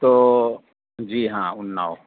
تو جی ہاں اناؤ